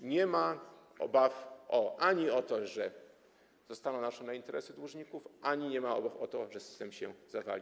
ani nie ma obaw o to, że zostaną naruszone interesy dłużników, ani nie ma obaw o to, że system się zawali.